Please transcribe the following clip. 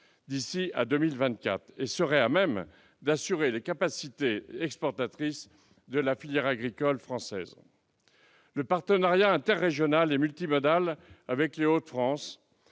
Nogent-sur-Seine, à même d'assurer les capacités exportatrices de la filière agricole française. Le partenariat interrégional et multimodal avec les Hauts-de-France